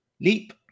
leap